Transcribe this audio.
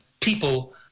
people